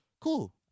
Cool